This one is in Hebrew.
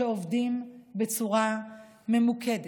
כשעובדים בצורה ממוקדת,